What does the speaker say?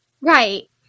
Right